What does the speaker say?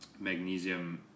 magnesium